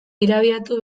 irabiatu